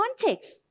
context